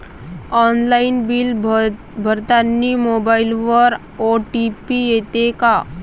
Online bill भरतानी मोबाईलवर OTP येते का?